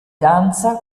danza